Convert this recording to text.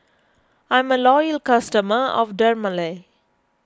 I'm a loyal customer of Dermale